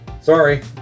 sorry